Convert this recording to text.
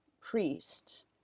priest